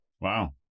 Wow